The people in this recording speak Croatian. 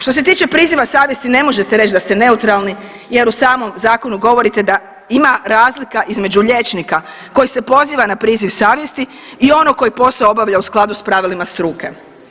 Što se tiče priziva savjesti, ne možete reći da ste neutralni jer u samom Zakonu govorite da ima razlika između liječnika koji se poziva na priziv savjesti i onog koji posao obavlja u skladu s pravilima struke.